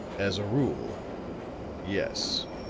as a rule yes.